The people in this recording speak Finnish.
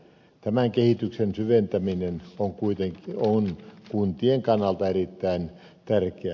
tämän kehityksen syventäminen on kuntien kannalta erittäin tärkeää